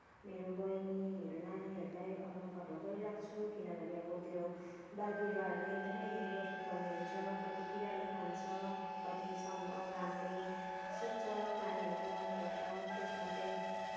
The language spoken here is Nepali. मेरो बहिनी मेरो नानीहरूलाई अराउ खटाउ गरिराख्छु किनभने अब त्यो बार बिरुवाहरूलाई एकदमै हेरिबस्नुपर्ने हुन्छ कति किराले खान्छ कति घामले सुक्छ पानीहरू लाउनुपर्छ त्यसमा चाहिँ